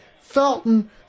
Felton